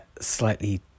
Slightly